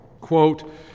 Quote